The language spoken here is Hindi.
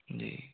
जी